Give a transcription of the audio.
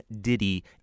Diddy